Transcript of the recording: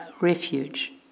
refuge